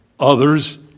Others